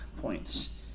points